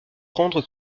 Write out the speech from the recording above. rendre